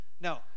No